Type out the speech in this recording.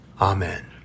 Amen